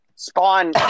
Spawn